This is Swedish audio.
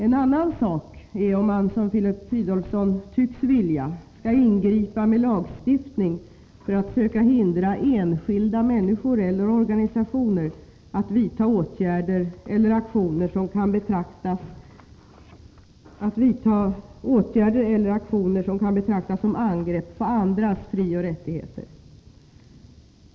En annan sak är om man, som Filip Fridolfsson tycks vilja, skall ingripa med lagstiftning för att söka hindra enskilda människor eller organisationer att vidta åtgärder eller aktioner som kan betraktas som angrepp på andras frioch rättigheter.